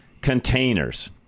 containers